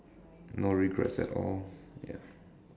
no regrets at all ya